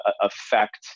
affect